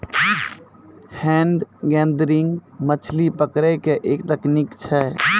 hand gathering मछली पकड़ै के एक तकनीक छेकै